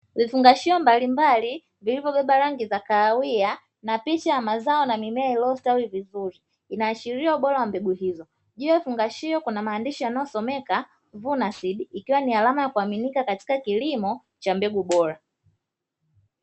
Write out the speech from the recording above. Vifungashio mbalimbali vilivyobeba rangi ya kahawia na picha ya mazao na mimea iliyostawi vizuri inaashilia ubora wa mbegu hizo, juu ya vifungashio kuna maandishi yanayosomeka ''zuna seeds'' ikiwa ni alama ya kuaminika katika kilimo cha mbegu bora.